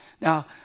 now